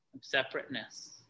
separateness